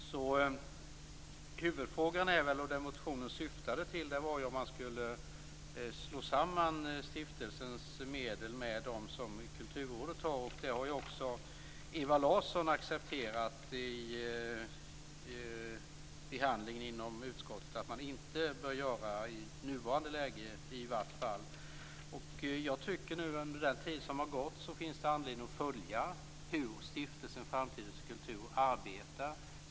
Huvudfrågan och det motionen syftade till var ju om man skulle slå samman stiftelsens medel med dem som Kulturrådet har. I behandlingen inom utskottet har ju också Ewa Larsson accepterat att man inte bör göra det, i alla fall inte i det nuvarande läget. Jag tycker att det finns anledning att följa hur Stiftelsen Framtidens kultur arbetar.